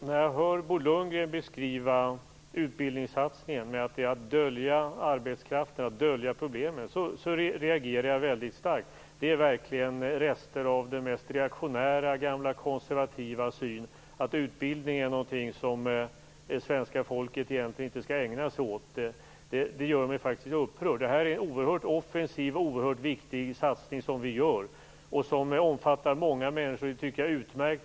Herr talman! När jag hör Bo Lundgren säga om utbildningssatsningen att det är att dölja problemen reagerar jag väldigt starkt. Det är verkligen en rest av den mest reaktionära gamla konservativa synen - utbildning är någonting som svenska folket egentligen inte skall ägna sig åt. Det gör mig faktiskt upprörd. Det är en oerhört offensiv och oerhört viktigt satsning som vi gör, som omfattar många människor. Det tycker jag är utmärkt.